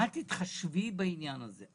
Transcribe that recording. אל תתחשבי בעניין הזה.